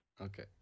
okay